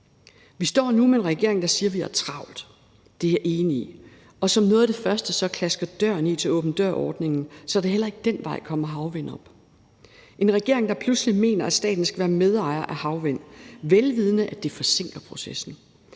Vi står nu med en regering, der siger, at vi har travlt, og det er jeg enig i, og som noget af det første klasker døren i til åben dør-ordningen, så der heller ikke ad den vej kommer havvindmøller op. Vi står med en regering, der pludselig mener, at staten skal være medejer af havvindmøller, vel vidende at det forsinker processen.